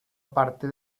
parte